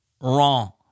wrong